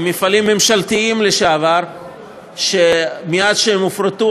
מפעלים ממשלתיים לשעבר שמייד כשהם שהופרטו,